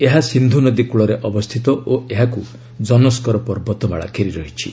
ଏହା ସିନ୍ଧୁନଦୀ କୂଳରେ ଅବସ୍ଥିତ ଓ ଏହାକୁ ଜନସ୍କର ପର୍ବତମାଳା ଘେରିରହିଛି